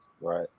Right